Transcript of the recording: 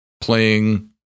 playing